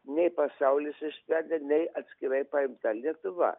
nei pasaulis išsprendė nei atskirai paimti gal lietuva